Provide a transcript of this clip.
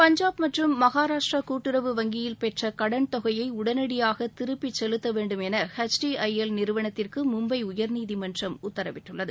பஞ்சாப் மற்றும் மகாராஷ்டிர கூட்டுறவு வங்கியில் பெற்ற கடன் தொகையை உடனடியாக திருப்பி செலுத்த வேண்டும் என எச் டி ஐ எல் நிறுவனத்திற்கு மும்பை உயர்நீதிமன்றம் உத்தரவிட்டுள்ளது